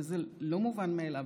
וזה לא מובן מאליו,